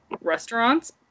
restaurants